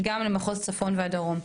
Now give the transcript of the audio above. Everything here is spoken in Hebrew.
גם למחוזות צפון ודרום.